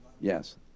Yes